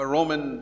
Roman